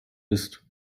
ist